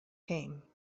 came